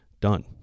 done